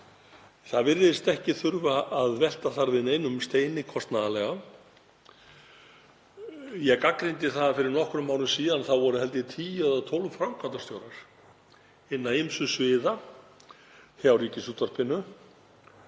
Það virðist ekki þurfa að velta þar við neinum steini kostnaðarlega. Ég gagnrýndi það fyrir nokkrum árum að þá voru, held ég, 10 eða 12 framkvæmdastjórar hinna ýmsu sviða hjá Ríkisútvarpinu